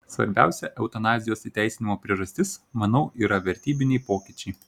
svarbiausia eutanazijos įteisinimo priežastis manau yra vertybiniai pokyčiai